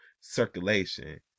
circulation